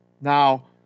Now